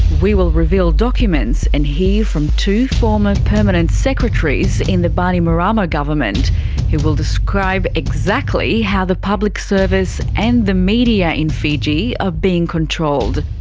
we will reveal documents and hear from two former permanent secretaries in the bainimarama government who will describe exactly how the public service and the media in fiji are being controlled.